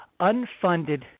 unfunded